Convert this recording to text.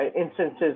instances